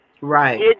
Right